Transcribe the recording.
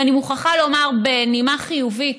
ואני מוכרחה לומר, בנימה חיובית,